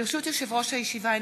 יושב-ראש הישיבה,